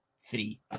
three